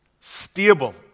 stable